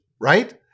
right